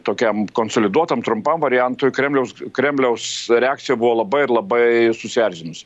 tokiam konsoliduotam trumpam variantui kremliaus kremliaus reakcija buvo labai labai susierzinusi